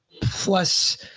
plus